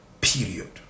period